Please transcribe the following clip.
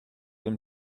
them